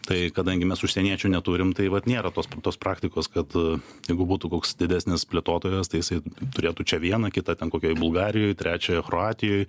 tai kadangi mes užsieniečių neturim tai vat nėra tos tos praktikos kad jeigu būtų koks didesnis plėtotojas tai jisai turėtų čia vieną kitą ten kokioj bulgarijoj trečią kroatijoj